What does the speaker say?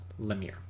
Lemire